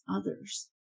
others